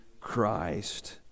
christ